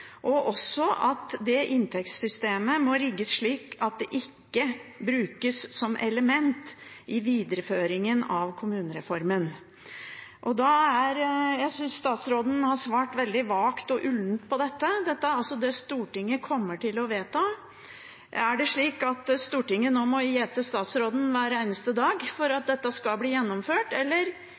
og også at inntektssystemet må rigges slik at det ikke brukes som element i videreføringen av kommunereformen. Jeg synes statsråden har svart veldig vagt og ullent på dette. Dette er altså det Stortinget kommer til å vedta. Er det slik at Stortinget nå må gjete statsråden hver eneste dag for at dette skal bli gjennomført, eller